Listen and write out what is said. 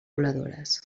voladores